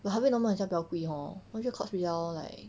but harvey norman 好像比较贵 hor 我去 courts 比较 like